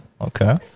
okay